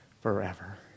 forever